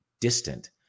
distant